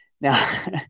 Now